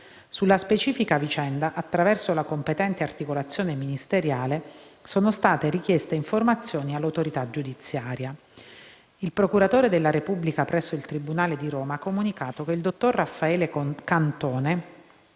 Sulla specifica vicenda, attraverso la competente articolazione ministeriale, sono state richieste informazioni all’autorità giudiziaria. Il procuratore della Repubblica presso il tribunale di Roma ha comunicato che «il dottor Raffaele Cantone